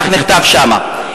כך נכתב שם.